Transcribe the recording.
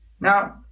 Now